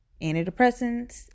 antidepressants